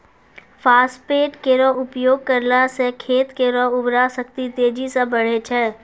phosphate केरो उपयोग करला सें खेत केरो उर्वरा शक्ति तेजी सें बढ़ै छै